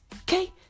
okay